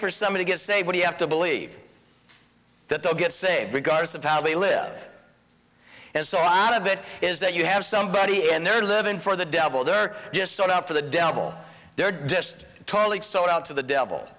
for somebody get say what you have to believe that they'll get saved regardless of how they live and so out of it is that you have somebody and they're living for the devil they're just sort of for the devil they're just totally sold out to the devil